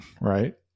right